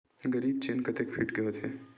जरीब चेन कतेक फीट के होथे?